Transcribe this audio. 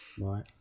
right